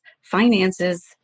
finances